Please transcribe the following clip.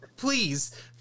Please